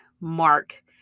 mark